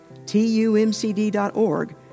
TUMCD.org